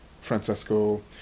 Francesco